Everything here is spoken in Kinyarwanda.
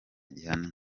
gihanwa